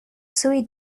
sui